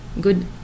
good